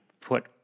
put